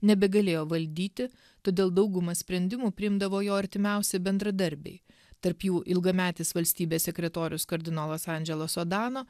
nebegalėjo valdyti todėl daugumą sprendimų priimdavo jo artimiausi bendradarbiai tarp jų ilgametis valstybės sekretorius kardinolas andželas odano